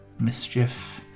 Mischief